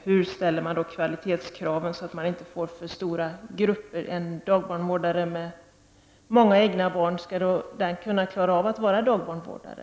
Hur ställs då kvalitetskraven så att det inte blir så stora grupper? Hur skall en dagbarnvårdare kunna klara att vara dagbarnvårdare om hon redan har flera egna barn?